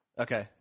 Okay